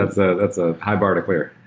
that's a that's a high bar to clear.